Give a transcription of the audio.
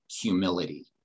humility